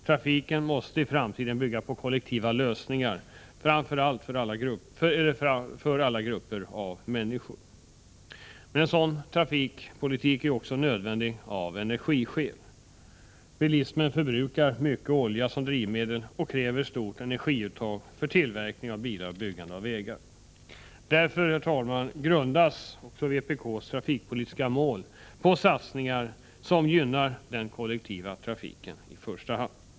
Trafiken måste i framtiden bygga på kollektiva lösningar för alla grupper av människor. En sådan trafikpolitik är också nödvändig av energiskäl. Bilismen förbrukar mycket olja som drivmedel och kräver stort energiuttag för tillverkning av bilar och byggande av vägar. Därför, herr talman, grundas vpk:s trafikpolitiska mål på satsningar som gynnar den kollektiva trafiken i första hand.